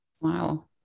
Wow